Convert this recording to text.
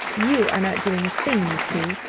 you are not doing a thing, you two.